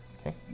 Okay